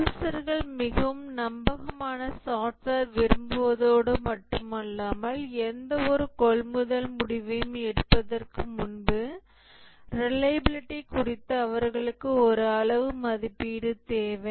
யூசர்கள் மிகவும் நம்பகமான சாஃப்ட்வேர் விரும்புவதோடு மட்டுமல்லாமல் எந்தவொரு கொள்முதல் முடிவையும் எடுப்பதற்கு முன்பு ரிலையபிலிடி குறித்து அவர்களுக்கு ஒரு அளவு மதிப்பீடு தேவை